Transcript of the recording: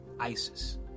ISIS